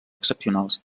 excepcionals